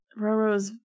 Roro's